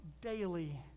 daily